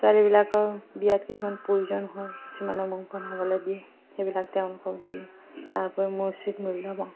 ছোৱালীবিলাকৰ বিয়াত কিছুমান প্ৰয়োজন হয় কিছুমানে দিয়ে সেইবিলাক তেওঁলোকক দিওঁ উচিত মূল্য পাওঁ